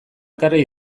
ekarri